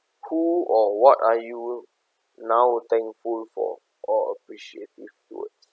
who or what are you now thankful for or appreciative towards